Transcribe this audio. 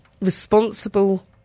responsible